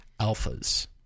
Alphas